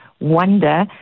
wonder